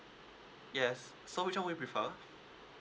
yes so which one would you prefer